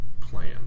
plan